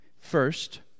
First